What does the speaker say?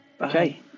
Okay